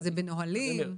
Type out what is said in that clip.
זה בנהלים?